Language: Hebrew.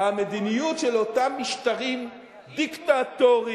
המדיניות של אותם משטרים דיקטטוריים,